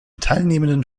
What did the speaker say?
teilnehmenden